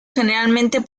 generalmente